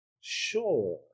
Sure